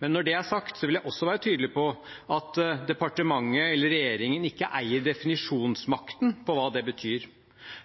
Men når det er sagt, vil jeg også være tydelig på at departementet eller regjeringen ikke eier definisjonsmakten over hva det betyr.